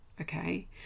okay